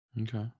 Okay